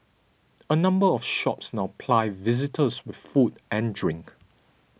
a number of shops now ply visitors with food and drink